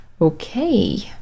okay